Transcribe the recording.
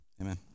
amen